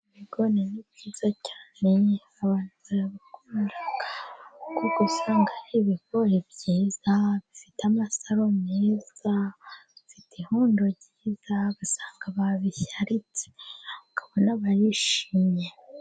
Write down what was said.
Ibigori ni byiza cyane abantu barabikunda, kuko usanga ari ibigori byiza bifite amasaro meza, bifite ihundo ryiza ugasanga babishyaritse ukabona barishimye.